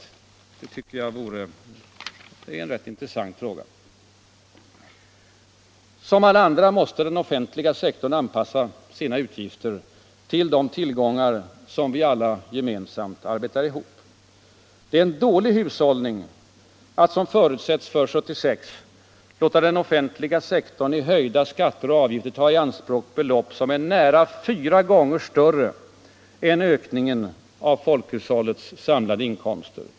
Det tycker jag är en rätt intressant fråga. Som alla andra måste den offentliga sektorn anpassa sina utgifter till de tillgångar som vi alla gemensamt arbetar ihop. Det är en dålig hushållning att, som förutsätts för 1976, låta den offentliga sektorn i höjda skatter och avgifter ta i anspråk belopp som är nära fyra gånger större än ökningen av folkhushållets samlade inkomster.